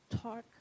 talk